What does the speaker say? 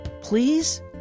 Please